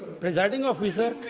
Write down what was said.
presiding officer,